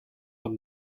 nad